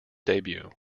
debut